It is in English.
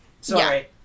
Sorry